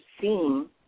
seeing